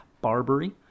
Barbary